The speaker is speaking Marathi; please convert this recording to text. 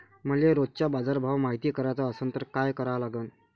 मले रोजचा बाजारभव मायती कराचा असन त काय करा लागन?